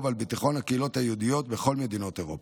על ביטחון הקהילות היהודיות בכל מדינות אירופה.